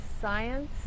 science